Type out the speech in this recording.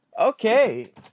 Okay